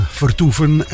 vertoeven